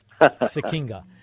Sikinga